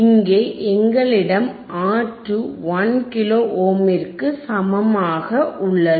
இங்கே எங்களிடம் R2 1 kilo ஓமிற்கு சமமாக உள்ளது